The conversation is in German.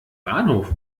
bahnhof